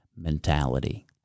mentality